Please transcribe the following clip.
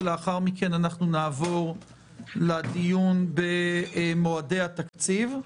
ולאחר מכן אנחנו נעבור לדיון במועדי התקציב.